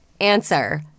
Answer